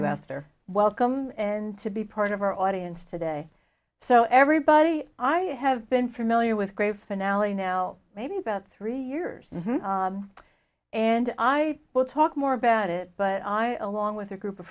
are welcome and to be part of our audience today so everybody i have been familiar with great finale now maybe about three years and i will talk more about it but i along with a group of